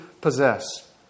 possess